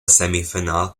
semifinal